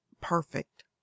perfect